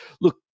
look